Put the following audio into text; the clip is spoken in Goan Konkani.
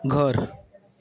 घर